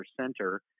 center